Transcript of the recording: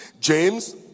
james